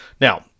Now